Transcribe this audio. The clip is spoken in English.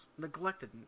neglected